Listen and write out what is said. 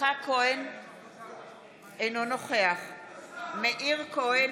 אינו נוכח מאיר כהן,